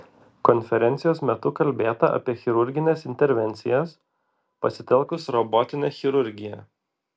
konferencijos metu kalbėta apie chirurgines intervencijas pasitelkus robotinę chirurgiją